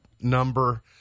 number